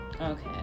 Okay